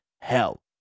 hell